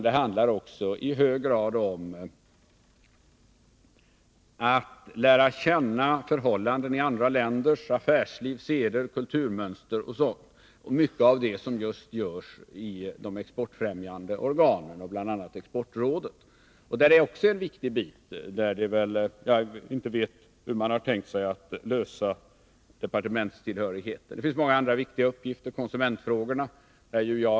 Det handlar också i hög grad om att lära känna förhållanden i andra länders affärsliv, seder, kulturmönster m.m. och mycket av det som görs just i de exportfrämjande organen, bl.a. Exportrådet. Det är också en viktig bit, där jag inte vet hur man har tänkt sig att lösa frågan om departementstillhörigheten. Det finns många andra viktiga uppgifter, t.ex. konsumentfrågorna.